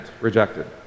rejected